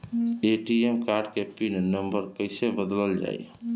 ATM card के pin number कईसे बदलल जाई?